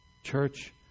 Church